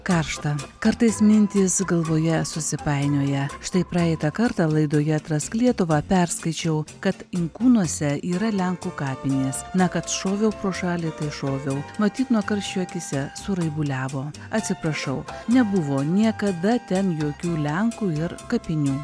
karšta kartais mintys galvoje susipainioja štai praeitą kartą laidoje atrask lietuvą perskaičiau kad inkūnuose yra lenkų kapinės na kad šoviau pro šalį tai šoviau matyt nuo karščio akyse suraibuliavo atsiprašau nebuvo niekada ten jokių lenkų ir kapinių